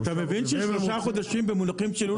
אתה מבין ששלושה חודשים במונחים של לול זה פיקציה?